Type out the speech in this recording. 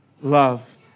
love